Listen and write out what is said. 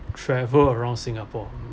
travel around singapore